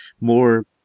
more